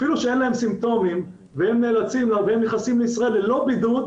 אפילו שאין להם סימפטומים והם נכנסים לישראל ללא בידוד,